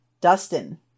Dustin